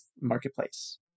marketplace